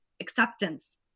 acceptance